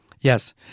Yes